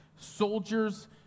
soldiers